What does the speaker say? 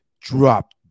drop